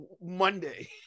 Monday